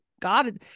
God